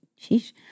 Sheesh